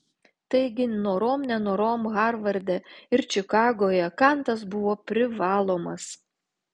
taigi norom nenorom harvarde ir čikagoje kantas buvo privalomas